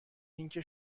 اینکه